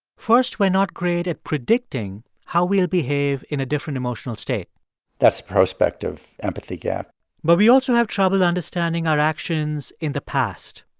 first, we're not great at predicting how we'll behave in a different emotional state that's prospective empathy gap but we also have trouble understanding our actions in the past.